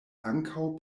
ankaŭ